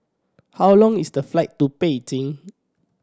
how long is the flight to Beijing